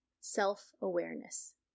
Self-awareness